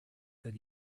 that